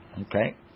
Okay